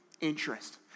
interest